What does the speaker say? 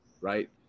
right